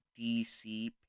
dc